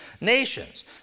nations